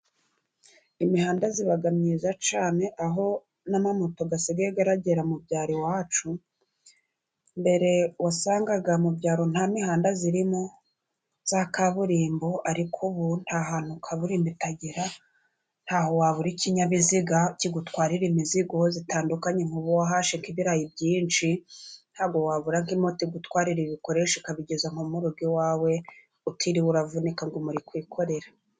Imihanda iba myiza cyane aho moto zisigaye zigera mu byaro iwacu. Mbere wasangaga mu byaro nta mihanda irimo ya kaburimbo, ariko ubu nta hantu kaburimbo itagera, ntaho wabura ikinyabiziga kigutwarira imizigo itandukanye, nk'ubu wahashye ibirayi byinshi, ntabwo wabura moto igutwarira ibikoresho ikabigeza nko mu rugo iwawe utiriwe uvunika ngo muri kwikorera.